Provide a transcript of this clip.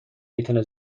میتونه